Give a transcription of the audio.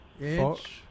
inch